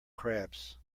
crabs